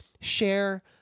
share